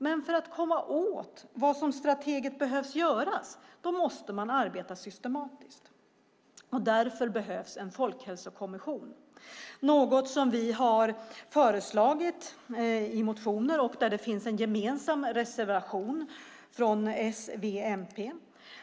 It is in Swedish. Men för att komma åt vad som strategiskt behöver göras måste man arbeta systematiskt. Därför behövs en folkhälsokommission, något som vi har föreslagit i motioner och som det finns en gemensam reservation om från S, V och MP.